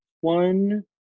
one